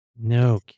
No